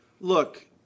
Look